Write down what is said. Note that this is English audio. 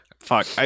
Fuck